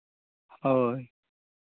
ᱦᱳᱭ